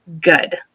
good